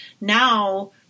Now